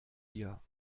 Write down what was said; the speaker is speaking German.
dir